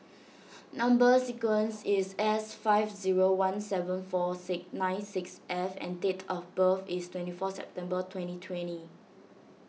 Number Sequence is S five zero one seven four six nine six F and date of birth is twenty four September twenty twenty